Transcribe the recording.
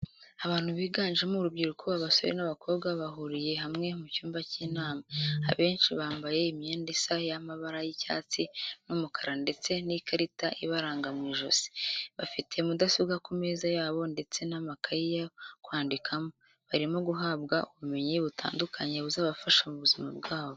Abantu biganjemo urubyiruko abasore n'abakobwa bahuriye hamwe mu cyumba cy'inama, abenshi bambaye imyenda isa y'amabara y'icyatsi n'umukara ndetse n'ikarita ibaranga mu ijosi, bafite mudasobwa ku meza yabo ndetse n'amakaye yo kwandikamo, barimo guhabwa ubumenyi butandukanye buzabafasha mu buzima bwabo.